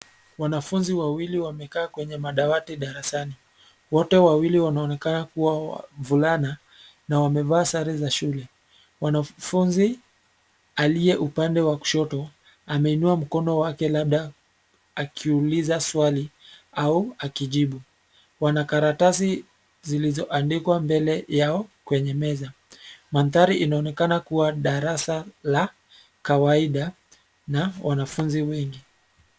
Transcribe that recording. Wanafunzi wawili wamekaa kwenye madawati darasani. Wote wawili wanaonekana kuwa wavulana na wamevaa sare za shule. MWanafunzi, aliye upande wa kushoto, ameinua mkono wake labda, akiuliza swali, au akijibu, wana karatasi zilizoandikwa mbele yao, kwenye meza. Mandhari inaonekana kuwa darasa la kawaida na wanafunzi wengi.